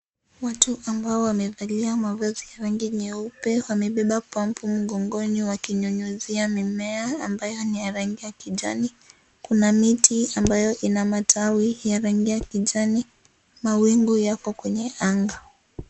Watu ambao wamevalia mavazi ya wengi nyeupe wamebeba pampu mgongoni wakinyunyizia mimea ambayo ni ya rangi ya kijani, kuna miti ambayo ina matawi ya rangi ya kijani, mawingu yako kwenye anga .